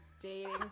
dating